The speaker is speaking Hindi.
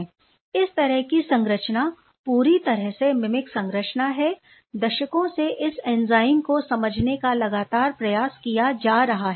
इस तरह की संरचना पूरी तरह से मिमिक संरचना है दशकों से इस एंजाइम को समझने का लगातार प्रयास किया जा रहा है